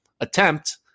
attempt